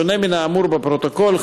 בשונה מן האמור בפרוטוקול,